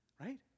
right